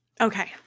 Okay